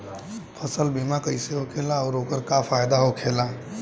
फसल बीमा कइसे होखेला आऊर ओकर का फाइदा होखेला?